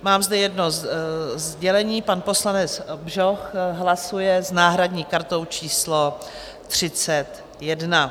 Mám zde jedno sdělení: pan poslanec Bžoch hlasuje s náhradní kartou číslo 31.